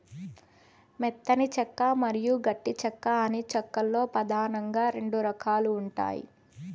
మెత్తని చెక్క మరియు గట్టి చెక్క అని చెక్క లో పదానంగా రెండు రకాలు ఉంటాయి